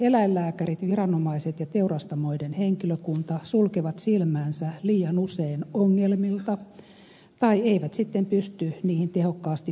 eläinlääkärit viranomaiset ja teurastamoiden henkilökunta sulkevat silmänsä liian usein ongelmilta tai eivät sitten pysty niihin tehokkaasti puuttumaan